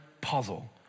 puzzle